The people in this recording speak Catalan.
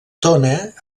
tona